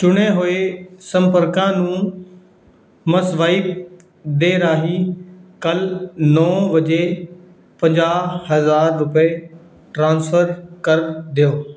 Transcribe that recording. ਚੁਣੇ ਹੋਏ ਸੰਪਰਕਾਂ ਨੂੰ ਮ ਸਵਾਇਪ ਦੇ ਰਾਹੀਂ ਕੱਲ ਨੌਂ ਵਜੇ ਪੰਜਾਹ ਹਜ਼ਾਰ ਰੁਪਏ ਟ੍ਰਾਂਸਫਰ ਕਰ ਦਿਓ